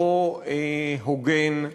לא הוגן,